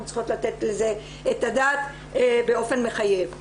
צריכות לתת לזה את הדעת באופן מחייב.